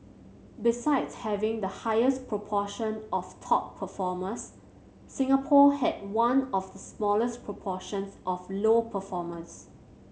besides having the highest proportion of top performers Singapore had one of the smallest proportions of low performers